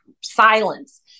silence